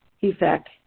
effect